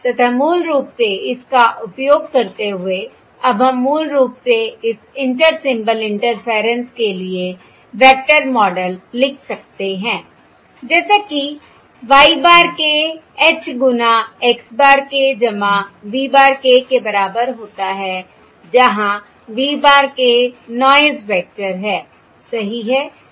तथा मूल रूप से इसका उपयोग करते हुए अब हम मूल रूप से इस इंटर सिंबल इंटरफेयरेंस के लिए वेक्टर मॉडल लिख सकते हैं I जैसा कि Y bar k H गुना x bar k v bar k के बराबर होता है जहां v bar k noise vector है सही है